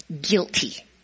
guilty